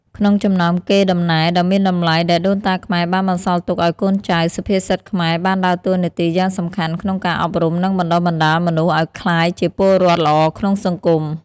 ក្នុងចំណោមកេរ្តិ៍ដំណែលដ៏មានតម្លៃដែលដូនតាខ្មែរបានបន្សល់ទុកឱ្យកូនចៅ សុភាសិតខ្មែរបានដើរតួនាទីយ៉ាងសំខាន់ក្នុងការអប់រំ និងបណ្ដុះបណ្ដាលមនុស្សឱ្យក្លាយជាពលរដ្ឋល្អក្នុងសង្គម។